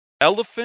Elephant